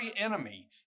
enemy